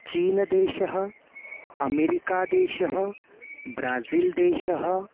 चीनदेशः अमेरिकादेशः ब्राज़िल्देशः